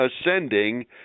ascending